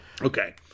Okay